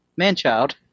Manchild